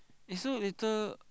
eh so later